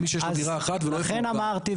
לכן אמרתי,